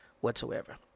whatsoever